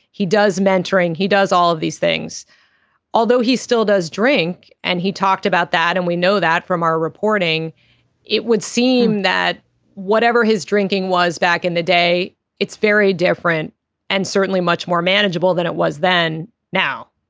he does mentoring he does all of these things although he still does drink and he talked about that and we know that from our reporting it would seem that whatever his drinking was back in the day it's very different and certainly much more manageable than it was then now